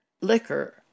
liquor